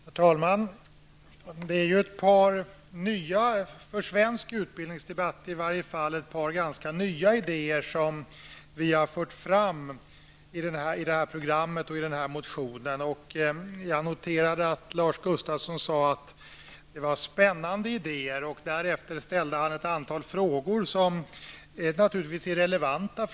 Herr talman! Vi har fört fram ett par -- i varje fall för svensk utbildningsdebatt -- ganska nya idéer i vårt program och i vår motion. Jag noterade att Lars Gustafsson sade att det var spännande idéer. Därefter ställde han ett antal frågor, varav flera naturligtvis är relevanta.